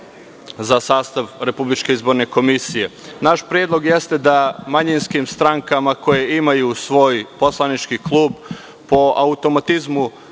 za sastav Republičke izborne komisije. Naš predlog jeste da manjinskim strankama koje imaju svoje poslanički klub po automatizmu